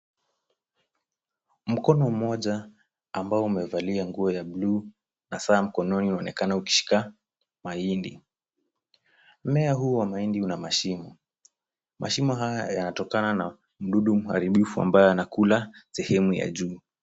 Mkono mmoja ambao umevalia nguo ya buluu na saa mkononi unaonekana ukishika mahindi. Mmea huu wa mahindi una mashimo. Mashimo haya yanatonaka na mdudu mharibifu ambaye anakula sehemu ya juu.